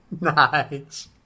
Nice